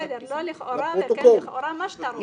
בסדר, לא לכאורה וכן לכאורה, מה שאתה רוצה.